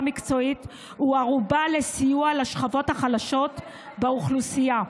מקצועית הוא ערובה לסיוע לשכבות החלשות באוכלוסייה.